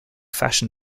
fashion